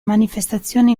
manifestazione